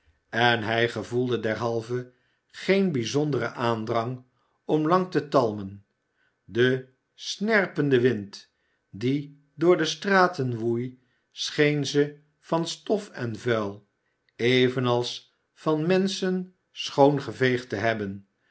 en hij gevoelde derhalve geen bijzonderen aandrang om lang te talmen de snerpende wind die door de straten woei scheen ze van stof en vuil evenals van menscheu schoongeveegd te hebben